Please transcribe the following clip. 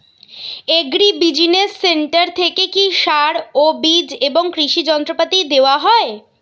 Agri business centre থেকে কি সার ও বিজ এবং কৃষি যন্ত্র পাতি দেওয়া হয়?